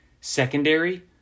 secondary